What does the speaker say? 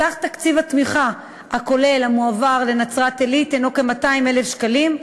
סך תקציב התמיכה הכולל המועבר לנצרת-עילית הנו כ-200,000 שקלים,